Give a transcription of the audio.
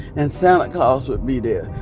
and santa claus would be there.